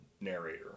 narrator